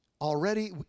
already